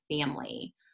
family